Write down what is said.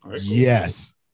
Yes